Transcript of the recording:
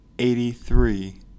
Eighty-three